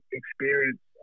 experience